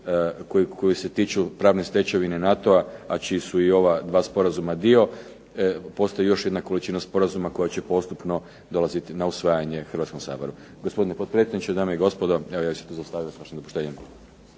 koji se tiču pravne stečevine NATO-a, a čiji su i ova dva sporazuma dio. Postoji još jedna količina sporazuma koja će postupno dolaziti na usvajanje Hrvatskom saboru. Gospodine potpredsjedniče, dame i gospodo, evo ja ću .../Govornik